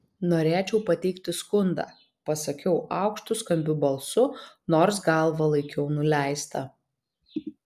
norėčiau pateikti skundą pasakiau aukštu skambiu balsu nors galvą laikiau nuleistą